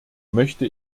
möchte